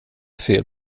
fel